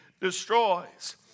destroys